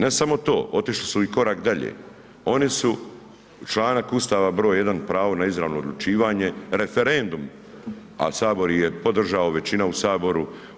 Ne samo to, otišli su i korak dalje, oni su članak Ustava br. 1. pravo na izravno odlučivanje referendum, a HS ih je podržao, većina u HS.